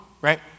right